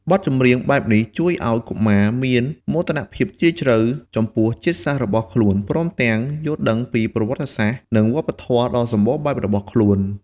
បទចម្រៀងបែបនេះជួយឲ្យកុមារមានមោទនភាពយ៉ាងជ្រាលជ្រៅចំពោះជាតិសាសន៍របស់ខ្លួន ព្រមទាំងយល់ដឹងពីប្រវត្តិសាស្ត្រ និងវប្បធម៌ដ៏សម្បូរបែបរបស់ខ្លួន។